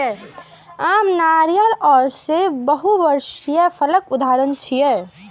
आम, नारियल आ सेब बहुवार्षिक फसलक उदाहरण छियै